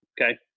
Okay